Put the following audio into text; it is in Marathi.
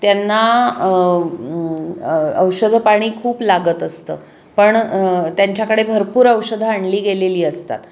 त्यांना औषधं पाणी खूप लागत असतं पण त्यांच्याकडे भरपूर औषधं आणली गेलेली असतात